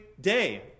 day